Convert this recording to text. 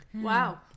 Wow